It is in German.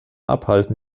abhalten